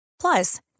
Plus